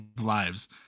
lives